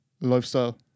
lifestyle